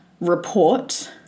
report